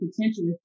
potentially